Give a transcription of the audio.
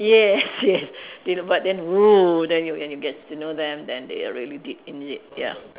yes yes they but then !wow! then you when you get to know them then they are really deep in it ya